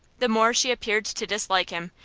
the more she appeared to dislike him,